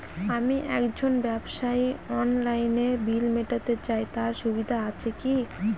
আমি একজন ব্যবসায়ী অনলাইনে বিল মিটাতে চাই তার সুবিধা আছে কি?